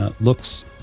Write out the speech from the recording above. looks